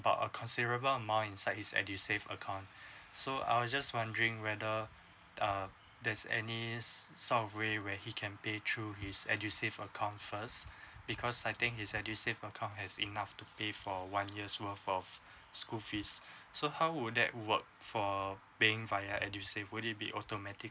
a a considerable amount inside is edusave account so I'll just wondering whether uh there's any us sort of way where he can pay through his edusave account for us because I think is that you save a count as enough to pay for a one years worth of school fees so how would that work so um paying via edusave would it be autumn active